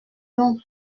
donc